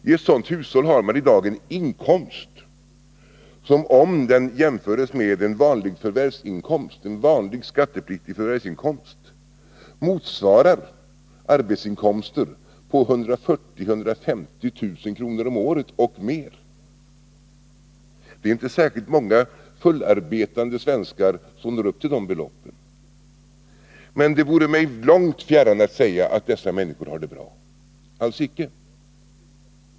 I ett sådant hushåll har man i dag en inkomst som i jämförelse med inkomster från vanligt skattepliktigt förvärvsarbete motsvarar arbetsinkomster på 140 000-150 000 kr. om året och mer. Det är inte särskilt många fullarbetande svenskar som når upp till de beloppen. Men det vore mig långt fjärran att säga att dessa människor har det bra, alls icke.